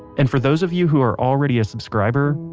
and, for those of you who are already a subscriber,